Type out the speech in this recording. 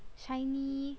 shiny